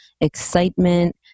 excitement